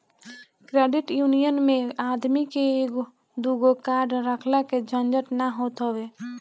credit union मे आदमी के दूगो कार्ड रखला के झंझट ना होत हवे